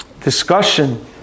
discussion